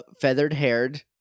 feathered-haired